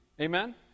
Amen